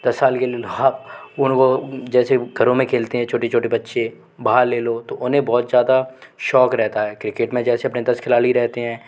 दस साल के लिए हाँ वो अनुभव जैसे घरों में खेलते हैं छोटे छोटे बच्चे बाहर ले लो तो उन्हें बहुत ज़्यादा शौक़ रहता है कि कितना दस से पंद्रह खिलाड़ी रहते हैं